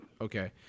Okay